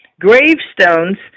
gravestones